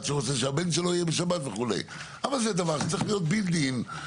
אבל זה דבר שצריך להיות מובנה,